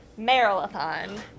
Marathon